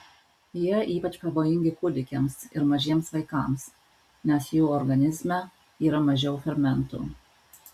jie ypač pavojingi kūdikiams ir mažiems vaikams nes jų organizme yra mažiau fermentų